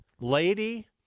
Lady